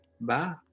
bye